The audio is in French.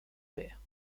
père